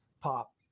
pop